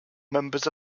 members